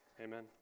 Amen